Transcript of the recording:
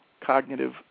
cognitive